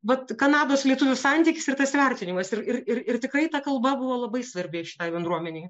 vat kanados lietuvių santykis ir tas vertinimas ir ir ir tikrai ta kalba buvo labai svarbi šiai bendruomenei